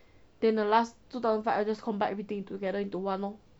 then the last two thousand five I just combine everything together into one lor